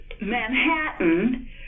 Manhattan